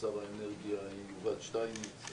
שר האנרגיה יובל שטייניץ.